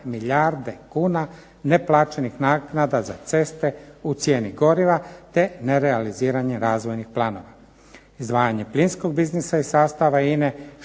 milijarde kuna neplaćenih naknada za ceste u cijeni goriva te nerealiziranje razvojnih planova.